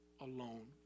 alone